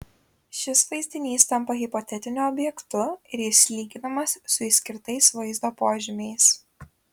šis vaizdinys tampa hipotetiniu objektu ir jis lyginamas su išskirtais vaizdo požymiais